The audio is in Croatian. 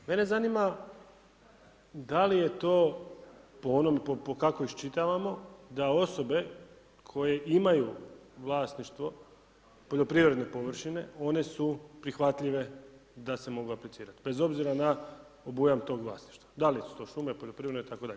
Mene zanima, da li je to, po onom, kako iščitavamo, da osobe, koje imaju vlasništvo poljoprivredne površine, one su prihvatljive, da se mogu aplicirati, bez obzira na obujam tog vlasništva, da li to šume poljoprivredne itd.